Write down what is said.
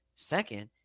Second